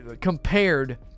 compared